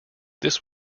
this